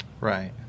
Right